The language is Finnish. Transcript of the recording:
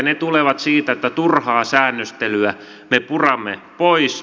ne tulevat siitä että turhaa säännöstelyä me puramme pois